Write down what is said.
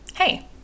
Hey